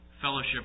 fellowship